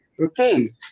Okay